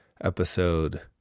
episode